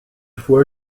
faut